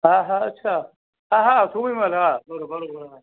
हा हा अच्छा हा हा थूमीमल हा बराबरि बराबरि हा